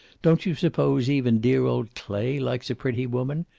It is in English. don't you suppose even dear old clay likes a pretty woman?